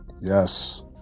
Yes